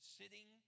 sitting